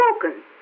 broken